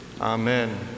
amen